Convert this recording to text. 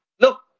look